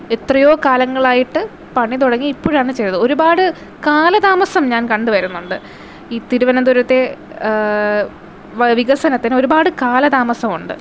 എത്രയോ കാലങ്ങളായിട്ട് പണി തുടങ്ങി ഇപ്പഴാണ് ചെയ്തത് ഒരുപാട് കാലതാമസം ഞാൻ കണ്ടുവരുന്നുണ്ട് ഈ തിരുവനന്തപുരത്തെ വ് വികസനത്തിന് ഒരുപാട് കാലതാമസം ഉണ്ട്